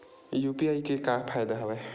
UPI के का फ़ायदा हवय?